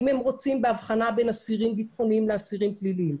אם הם רוצים בהבחנה בין אסירים ביטחוניים לאסירים פליליים,